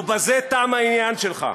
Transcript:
ובזה תם העניין שלך.